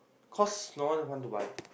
cause no one want to buy